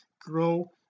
Grow